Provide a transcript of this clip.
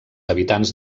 habitants